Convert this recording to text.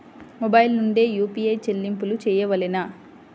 Mobile నుండే UPI చెల్లింపులు చేయవలెనా?